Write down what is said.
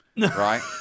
Right